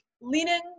leaning